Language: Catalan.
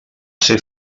ser